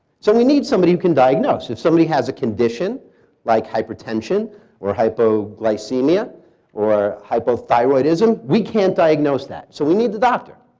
so we need somebody who can diagnose. if somebody has a condition like hypertension or hypoglycemia or hypothyroidism, we can't diagnose that. so we need the doctor.